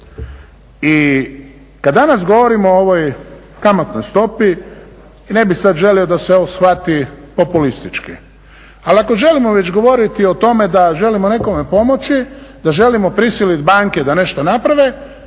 I kad danas govorimo o ovoj kamatnoj stopi, i ne bih sad želio da se ovo shvati populistički, ali ako želimo već govoriti o tome da želimo nekome pomoći, da želimo prisilit banke da nešto naprave,